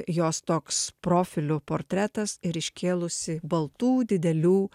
jos toks profiliu portretas ir iškėlusi baltų didelių